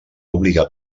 obligar